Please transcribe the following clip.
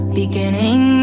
beginning